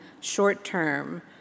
short-term